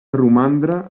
romandre